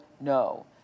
no